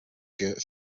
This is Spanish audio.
que